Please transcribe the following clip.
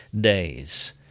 days